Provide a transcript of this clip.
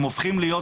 הם הופכים להיות,